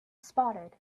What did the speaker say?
spotted